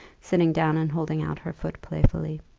sitting down, and holding out her foot playfully.